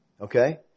Okay